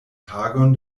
tagon